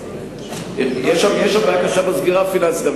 יש שם בעיה קשה בסגירה הפיננסית,